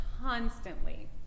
constantly